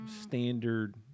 standard